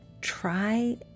try